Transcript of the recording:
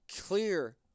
clear